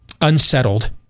unsettled